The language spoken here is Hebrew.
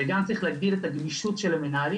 וגם צריך להגדיל את הגמישות של המנהלים